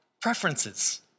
preferences